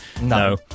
No